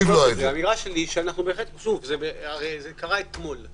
זה קרה אתמול.